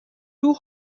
too